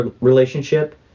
relationship